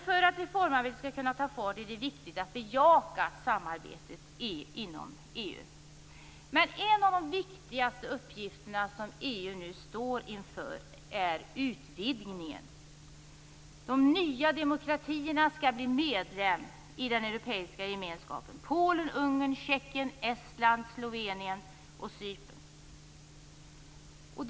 För att reformarbetet skall kunna ta fart är det viktigt att bejaka samarbetet inom EU. Men en av de viktigaste uppgifterna som EU nu står inför är utvidgningen. De nya demokratierna skall bli medlemmar i den europeiska gemenskapen - Polen, Ungern, Tjeckien, Estland, Slovenien och Cypern.